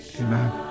Amen